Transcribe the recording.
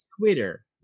Twitter